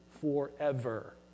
forever